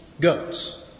goats